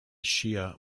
shia